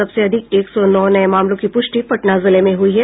सबसे अधिक एक सौ नौ नये मामलों की प्रष्टि पटना जिले में हुई है